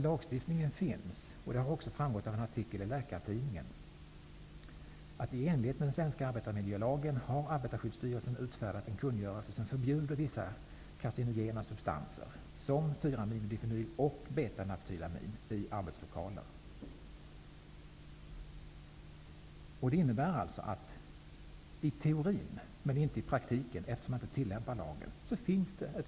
Lagstiftningen finns -- det har också framgått av en artikel i Läkartidningen. I enlighet med den svenska arbetsmiljölagen har Arbetarskyddsstyrelsen utfärdat en kungörelse som förbjuder vissa cancerogena substanser i arbetslokaler. Detta innebär att det finns ett förbud mot tobaksrök i arbetslokaler i teorin men inte i praktiken, eftersom man inte tillämpar lagen.